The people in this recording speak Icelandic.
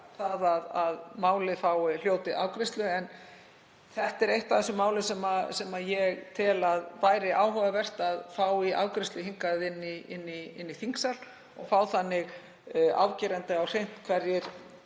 að málið hljóti afgreiðslu. En þetta er eitt af þeim málum sem ég tel að áhugavert væri að fá í afgreiðslu hingað inn í þingsal og fá þannig afgerandi á hreint hverjir